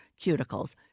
cuticles